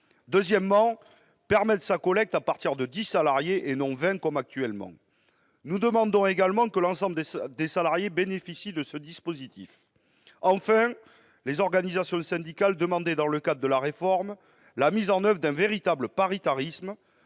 d'en permettre la collecte à partir de dix salariés, contre vingt actuellement. Nous demandons également que l'ensemble des salariés bénéficie de ce dispositif. Enfin, les organisations syndicales demandaient, dans le cadre de la réforme, la mise en oeuvre d'un véritable paritarisme.